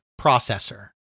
processor